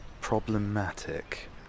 problematic